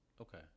Okay